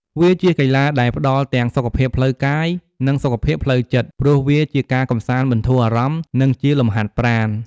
វាជាកីឡាដែលផ្ដល់ទាំងសុខភាពផ្លូវកាយ និងសុខភាពផ្លូវចិត្ត ព្រោះវាជាការកម្សាន្តបន្ធូរអារម្មណ៍ និងជាលំហាត់ប្រាណ។